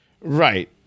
Right